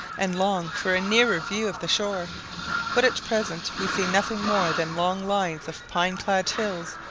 and long for a nearer view of the shore but at present we see nothing more than long lines of pine-clad hills,